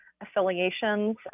affiliations